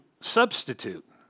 substitute